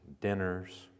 dinners